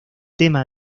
tema